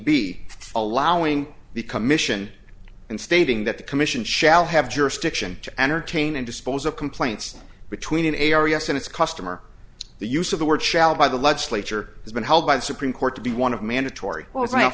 be allowing the commission and stating that the commission shall have jurisdiction to entertain and dispose of complaints between areas and its customer the use of the word shall by the legislature has been held by the supreme court to be one of mandatory w